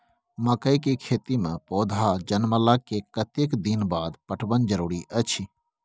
मकई के खेती मे पौधा जनमला के कतेक दिन बाद पटवन जरूरी अछि?